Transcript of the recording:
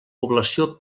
població